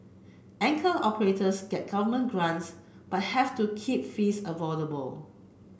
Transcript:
anchor operators get government grants but have to keep fees affordable